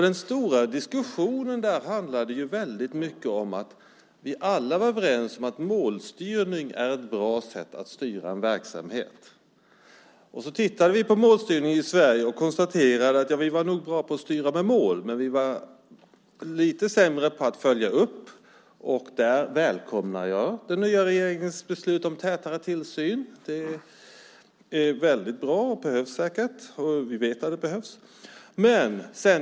Den stora diskussionen där handlade väldigt mycket om att vi alla var överens om att målstyrning är ett bra sätt att styra en verksamhet. Vi tittade på målstyrningen i Sverige och konstaterade att vi var bra på att styra med mål men att vi var lite sämre på att följa upp. Där välkomnar jag den nya regeringens beslut om tätare tillsyn. Det är väldigt bra och behövs säkert. Vi vet att det behövs.